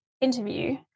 interview